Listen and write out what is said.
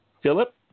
Philip